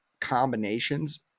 combinations